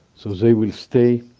so they will stay.